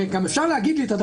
הוא